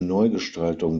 neugestaltung